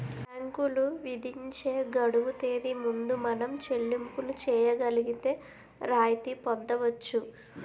బ్యాంకులు విధించే గడువు తేదీ ముందు మనం చెల్లింపులు చేయగలిగితే రాయితీ పొందవచ్చు